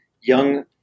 young